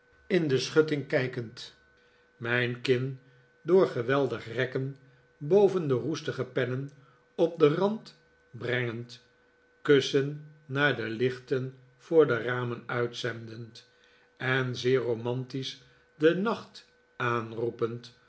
in de schutting kijkend mijn kin door geweldig rekken boven de roestige pennen op den rand brengend kussen naar de lichten voor de ramen uitzendend en zeer romantisch den nacht aanroepend